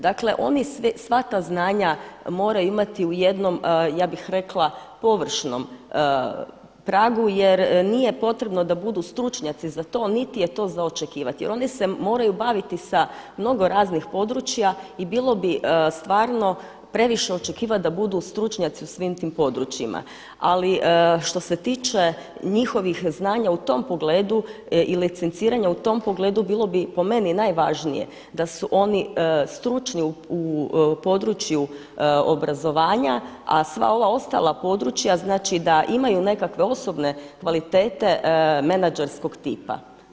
Dakle, oni sva ta znanja moraju imati u jednom ja bih rekla površnom pragu jer nije potrebno da budu stručnjaci za to niti je to za očekivati jer oni se moraju baviti sa mnogo raznih područja i bilo bi stvarno previše očekivati da budu stručnjaci u svim tim područjima, ali što se tiče njihovih znanja u tom pogledu i licenciranja u tom pogledu bilo bi po meni najvažnije da su oni stručni u području obrazovanja a sva ova ostala područja znači da imaju nekakve osobne kvalitete menađerskog tipa.